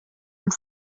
und